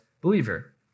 believer